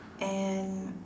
and